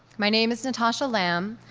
my name is natasha lamb,